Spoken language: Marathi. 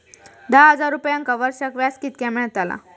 दहा हजार रुपयांक वर्षाक व्याज कितक्या मेलताला?